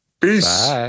Peace